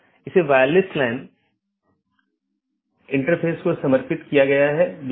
packet IBGP साथियों के बीच फॉरवर्ड होने के लिए एक IBGP जानकार मार्गों का उपयोग करता है